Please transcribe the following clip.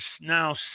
now